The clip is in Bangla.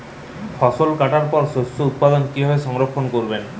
ফসল কাটার পর শস্য উৎপাদন কিভাবে সংরক্ষণ করবেন?